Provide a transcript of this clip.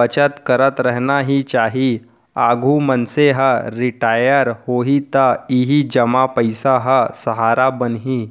बचत करत रखना ही चाही, आघु मनसे ह रिटायर होही त इही जमा पइसा ह सहारा बनही